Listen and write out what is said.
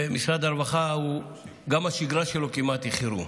ומשרד הרווחה, גם השגרה שלו היא כמעט חירום.